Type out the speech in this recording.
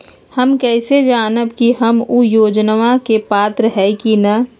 हम कैसे जानब की हम ऊ योजना के पात्र हई की न?